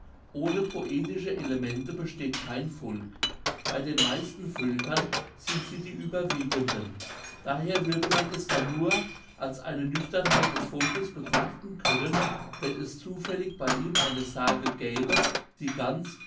ohne poetische elemente besteht kein volk bei den meisten völkern sind sie die überwiegenden daher würde man es dann nur als eine nüchternheit des volkes betrachten können wenn es zufällig bei ihm eine sage gäbe die ganz